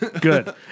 good